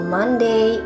Monday